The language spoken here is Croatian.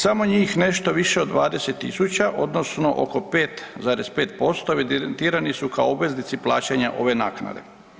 Samo njih nešto više od 20.000 odnosno oko 5,5% evidentirani su kao obveznici plaćanja ove naknade.